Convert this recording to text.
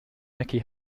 mickey